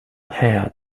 hair